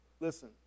Listen